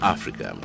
Africa